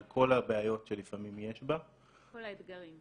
על כל הבעיות שלפעמים יש בה -- כל האתגרים.